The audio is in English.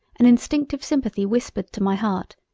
an instinctive sympathy whispered to my heart,